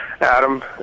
Adam